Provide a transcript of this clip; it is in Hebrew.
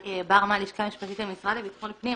אני בר מהלשכה המשפטית במשרד לביטחון הפנים.